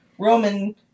Roman